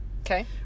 Okay